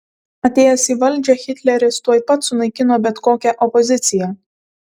atėjęs į valdžią hitleris tuoj pat sunaikino bet kokią opoziciją